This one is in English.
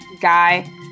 guy